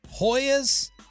Hoyas